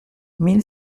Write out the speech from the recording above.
mille